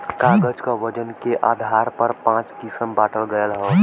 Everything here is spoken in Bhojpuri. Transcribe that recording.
कागज क वजन के आधार पर पाँच किसम बांटल गयल हौ